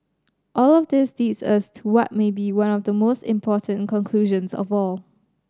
all of this leads us to what may be one of the most important conclusions of all